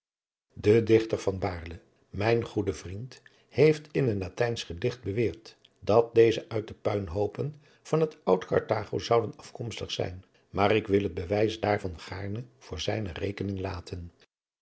van baarle mijn goede vriend heeft in een latijnsch gedicht beweerd dat deze uit de puinhoopen van het oud karthago zouden afkomstig zijn maar ik wil het bewijs daarvan gaarne voor zijne rekening laten